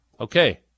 Okay